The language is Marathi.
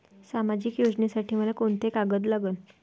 सामाजिक योजनेसाठी मले कोंते कागद लागन?